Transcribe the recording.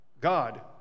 God